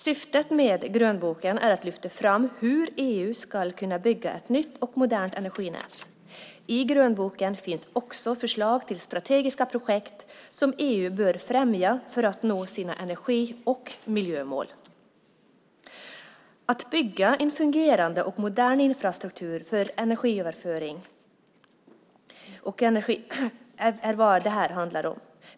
Syftet med grönboken är att lyfta fram hur EU ska kunna bygga ett nytt modernt energinät. I grönboken finns det också förslag om strategiska projekt som EU bör främja för att nå sina energi och miljömål. Att bygga en fungerande och modern infrastruktur för energiöverföring är vad det här handlar om.